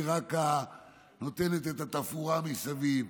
היא רק נותנת את התפאורה מסביב.